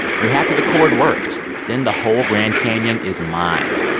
you're happy the cord worked, then the whole grand canyon is mine.